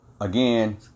again